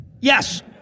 Yes